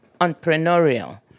entrepreneurial